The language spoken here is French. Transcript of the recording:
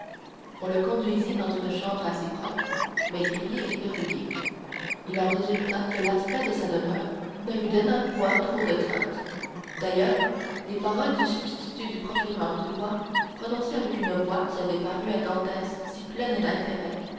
on le conduisit dans une chambre assez propre mais grillée et verrouillée il en résulta que l'aspect de sa demeure ne lui donna point trop de crainte d'ailleurs les paroles du substitut du procureur du roi prononcées avec une voix qui avait paru à dantès si pleine d'intérêt